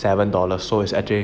seven dollar so it's actually